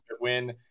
win